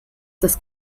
das